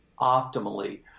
optimally